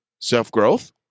Self-growth